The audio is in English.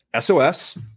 SOS